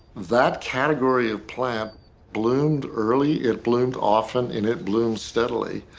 that category of plant bloomed early, it bloomed often, and it blooms steadily,